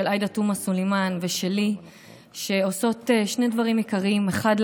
של עאידה תומא סלימאן ושלי עושות שני דברים עיקריים: האחד,